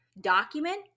document